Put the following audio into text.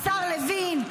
השר לוין,